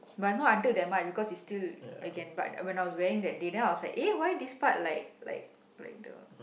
but not until that much because it's still I can but when I was wearing that day then I was like eh why this part like like like the